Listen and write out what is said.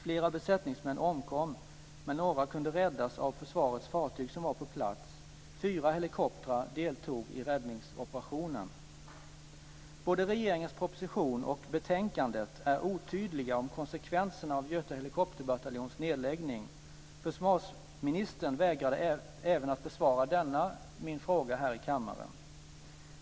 Flera besättningsmän omkom, men några kunde räddas av försvarets fartyg som var på plats. Fyra helikoptrar deltog i räddningsoperationen. Både regeringens proposition och betänkandet är otydliga när det gäller konsekvenserna av Göta helikopterbataljons nedläggning. Försvarsministern vägrade att besvara även denna fråga här i kammaren.